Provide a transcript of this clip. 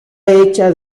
hecha